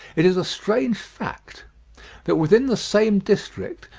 it is a strange fact that within the same district,